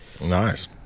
Nice